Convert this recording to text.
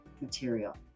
material